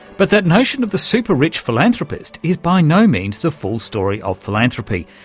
but that notion of the super-rich philanthropist is by no means the full story of philanthropy,